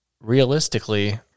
realistically